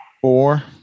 Four